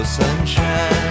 sunshine